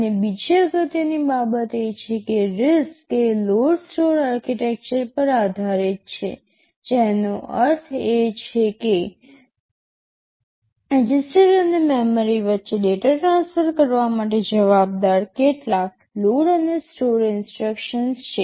અને બીજી અગત્યની બાબત એ છે કે RISC એ લોડસ્ટોર આર્કિટેક્ચર પર આધારિત છે જેનો અર્થ છે કે રજિસ્ટર અને મેમરી વચ્ચે ડેટા ટ્રાન્સફર કરવા માટે જવાબદાર કેટલાક લોડ અને સ્ટોર ઇન્સટ્રક્શન્સ છે